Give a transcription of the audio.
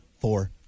four